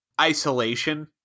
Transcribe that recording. isolation